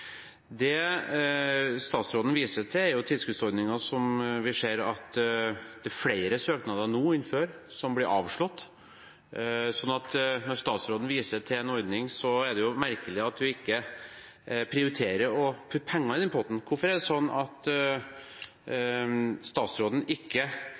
Det statsråden viser til, er tilskuddsordninger der vi ser at det er flere søknader nå enn før som blir avslått. Når statsråden viser til en ordning, er det merkelig at hun ikke prioriterer å putte penger i den potten. Hvorfor er det sånn at statsråden ikke